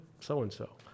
so-and-so